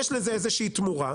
יש לזה איזה שהיא תמורה,